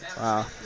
Wow